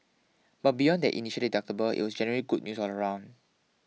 but beyond that initial deductible it was generally good news all round